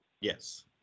Yes